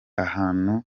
ahantu